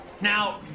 Now